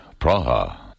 Praha